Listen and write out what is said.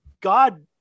God